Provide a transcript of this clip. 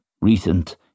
recent